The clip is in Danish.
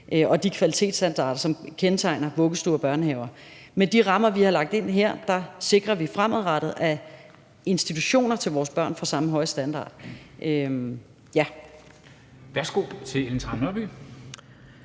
og de kvalitetsstandarder, som kendetegner vuggestuer og børnehaver. Med de rammer, vi har lagt ind her, sikrer vi fremadrettet, at institutioner til vores børn får samme høje standarder. Kl. 14:00 Formanden (Henrik